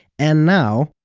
and now,